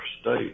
state